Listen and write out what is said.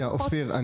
שנייה, אופיר.